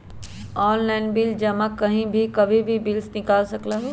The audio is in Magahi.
ऑनलाइन बिल जमा कहीं भी कभी भी बिल निकाल सकलहु ह?